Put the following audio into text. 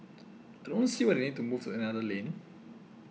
I don't see why they need to move to another lane